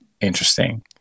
interesting